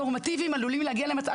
נורמטיביים עלולים להגיע למצב הזה.